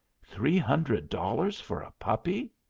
three hundred dollars for a puppy!